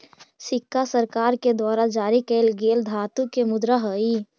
सिक्का सरकार के द्वारा जारी कैल गेल धातु के मुद्रा हई